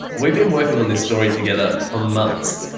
we've been working on this story together for months.